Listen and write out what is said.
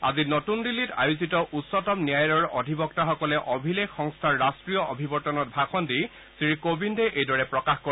আজি নতুন দিল্লীত আয়োজিত উচ্চতম ন্যায়ালয়ৰ অধিবক্তাসকলে অভিলেখ সংস্থাৰ ৰাষ্ট্ৰীয় অভিৱৰ্তনত ভাষণ দি শ্ৰীকোবিন্দে এইদৰে প্ৰকাশ কৰে